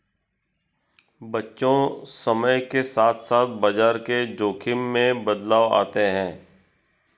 बच्चों समय के साथ साथ बाजार के जोख़िम में बदलाव आते हैं